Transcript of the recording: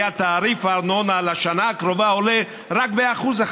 היה תעריף הארנונה לשנה הקרובה עולה רק ב-1%,